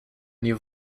new